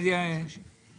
חששתי שאתה לא שומע.